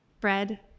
bread